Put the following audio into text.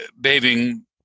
bathing